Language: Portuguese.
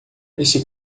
este